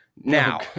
now